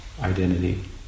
identity